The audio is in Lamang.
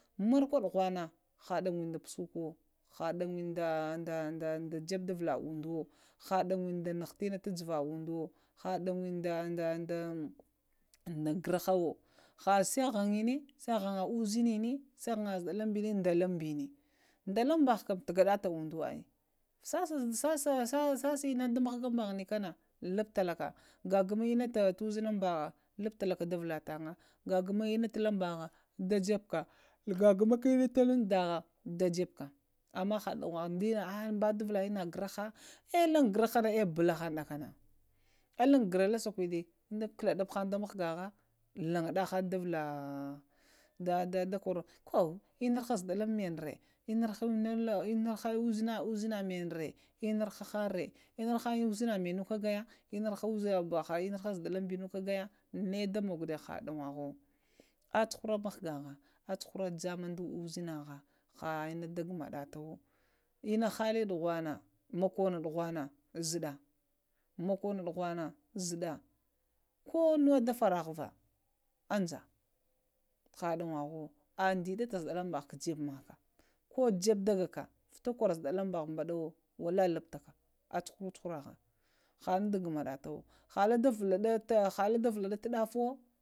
Marakwa ɗuraŋna na hawənə da pəsukwo, ha ɗawəniɗa ɗa ɗa jebeda vala onɗowo, naɗawənə ɗa inə ta java umdowo, ha ɗawənə da ghrahawo, ha sanŋ ghmŋni sai ghna uzənzə nə, sa ghŋna zuɗalaŋ ɓənə da lanŋ bənə, ɗalanŋbava canŋ tuɗagətabolŋ wo umɗowa ali sasa ina da mghgaŋ bavini kana luɓtalakə, ghaghumi ina ta lanzbaha tu ushenaŋbava lubtalaka da flaə tana, ghama inə tulanŋbava jebeka, ghagamaha inə talaŋba jebe ka amah haɗawaha, ɗiya əuala ina gharaha, lingharahana ah bulahaŋ lahana, alingara lasəhuɗə, ɗa klaɗuh aŋ da mghgaha laŋnahanŋ davala dakoro kwo, innaha zuɗalən manira ənahare ushina mainire, ənahar ha huŋre ənuharaha uzina manə kaya ya, inu harah uzinə, manerə, halnuha zaɗalumɓunu ka gaya, ɗamugulo, ah hanɗawəvowo, əh cahura amŋmghgaha, aha cuhara jamyma da uzinaha ha inuŋda ɗagumə ɗatabuwo ina halə ɗughvana, mokono ɗughvanci zuɗa, mokono ɗughvana suɗa koŋuva ɗa farəvata aŋza ha ɗawavuwo, ah ɗaɗa tu zuɗalamŋbaha kajuwa da jebe maka, ko jebe ɗagaka umŋkwara to zaɗalunŋbaha, ko zebe ɗagaka vata kuro zaɗanjba ho wallahi zuɓtaka cuhuro-cuhuroha, ha ina ɗaghmaɗato, ha laɗ a vulaɗata.